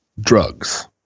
Drugs